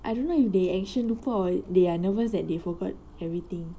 I don't know if they actually lupa they are nervous that they forgot everything